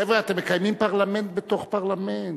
חבר'ה, אתם מקיימים פרלמנט בתוך פרלמנט.